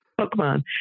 pokemon